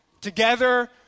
together